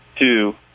two